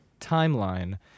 timeline